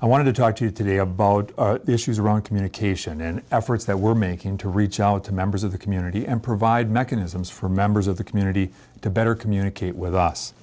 i want to talk to you today a boat the issues around communication and efforts that we're making to reach out to members of the community and provide mechanisms for members of the community to better communicate with us